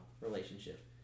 relationship